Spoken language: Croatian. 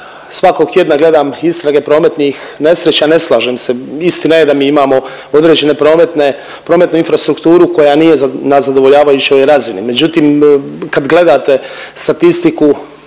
svakog tjedna gledam istrage prometnih nesreća, ne slažem se, istina je da mi imamo određene prometnu infrastrukturu koja nije na zadovoljavajućoj razini, međutim kad gledate statistiku